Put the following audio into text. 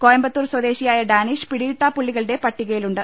കോയമ്പത്തൂർ സ്വദേശിയായ ഡാനിഷ് പിടികി ട്ടാപ്പുള്ളികളുടെ പട്ടികയിലുണ്ട്